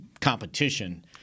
competition